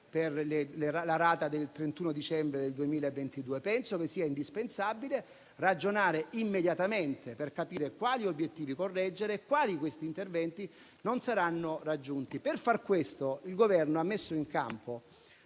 per la rata del 31 dicembre 2022? Penso che sia indispensabile ragionare immediatamente per capire quali obiettivi correggere e quali di questi interventi non saranno raggiunti. Per far questo il Governo ha messo in campo